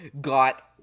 got